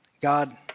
God